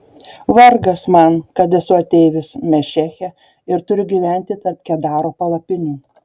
vargas man kad esu ateivis mešeche ir turiu gyventi tarp kedaro palapinių